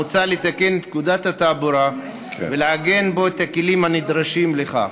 מוצע לתקן את פקודת התעבורה ולעגן בה את הכלים הנדרשים לכך.